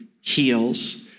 heals